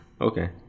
Okay